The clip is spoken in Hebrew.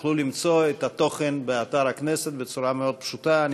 תוכלו למצוא את התוכן באתר הכנסת בצורה פשוטה מאוד.